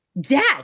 dad